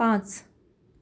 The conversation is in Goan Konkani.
पांच